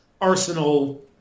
Arsenal